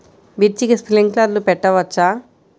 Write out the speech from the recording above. మిర్చికి స్ప్రింక్లర్లు పెట్టవచ్చా?